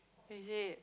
is it